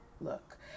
look